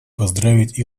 поздравить